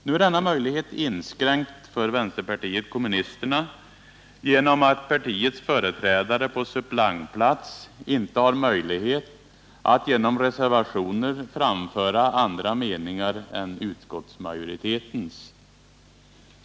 Nu är denna möjlighet inskränkt för vänsterpartiet kommunisterna genom att partiets företrädare på suppleantplats inte har möjlighet att, genom reservationer, framföra andra meningar än utskottsmajoritetens.